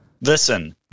Listen